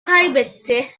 kaybetti